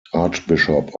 archbishop